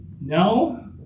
No